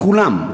כולם,